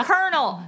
Colonel